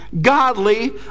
godly